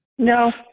No